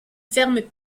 ferme